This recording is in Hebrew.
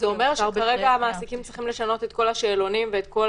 זה אומר שכרגע המעסיקים צריכים לשנות את כל השאלונים ואת כל